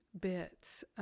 bits